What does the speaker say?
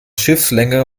schiffslänge